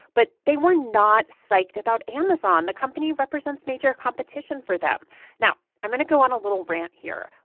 but they were not psyched about amazon. the company represents major competition for them now, i'm going to go on a little rant here.